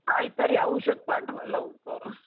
काहीतरी औषध पाठवा लवकर